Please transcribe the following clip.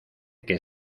que